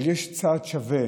אבל יש צד שווה